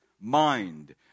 mind